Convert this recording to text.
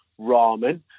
ramen